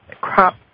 crop